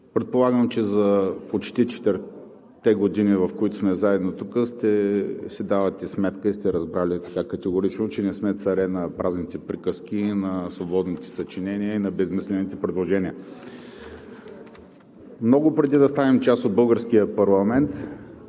Уважаема госпожо Председател, уважаеми колеги! Предполагам, че за почти четирите години, в които сме заедно тук, си давате сметка и сте разбрали категорично, че не сме царе на празните приказки, на свободните съчинения и на безсмислените предложения.